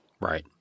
Right